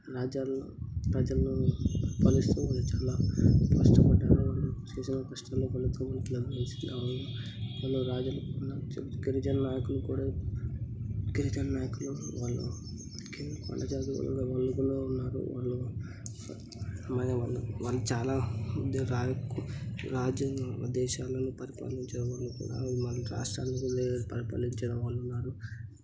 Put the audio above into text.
రాజ్యాల్లో ప్రజల్లో పరిపాలిస్తూ వాళ్ళు చాలా కష్టపడ్డారు వాళ్ళు చేసిన కష్టానికి ఫలితం వాళ్ళు వాళ్ళ రాజులుకున్న గిరిజన నాయకులు కూడా గిరిజన నాయకులు వాళ్ళుకి కొండజాతి వాళ్ళు కూడా ఉన్నారు వాళ్ళు మరే వాళ్ళు వాళ్ళు చాలా ముందే రాజుక్కు రాజ్యాలున్న దేశాలను పరిపాలించే వాళ్ళు కూడా ఉన్నారు రాష్ట్రాలకు ముందే పరిపాలించిన వాళ్ళున్నారు